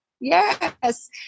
Yes